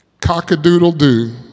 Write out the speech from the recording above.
cock-a-doodle-doo